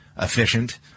efficient